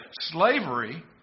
slavery